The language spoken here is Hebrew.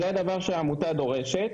זה הדבר שהעמותה דורשת.